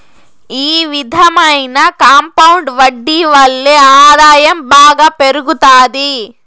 ఈ విధమైన కాంపౌండ్ వడ్డీ వల్లే ఆదాయం బాగా పెరుగుతాది